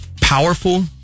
powerful